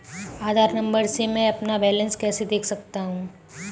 आधार number से मैं अपना बैलेंस कैसे देख सकता हूँ?